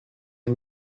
are